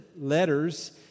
letters